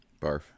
Barf